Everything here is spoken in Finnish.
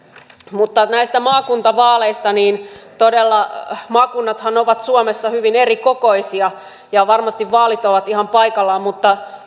mutta näistä maakuntavaaleista todella maakunnathan ovat suomessa hyvin erikokoisia ja varmasti vaalit ovat ihan paikallaan mutta kun